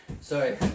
sorry